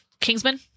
Kingsman